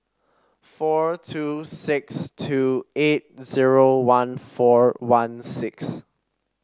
four two six two eight zero one four one six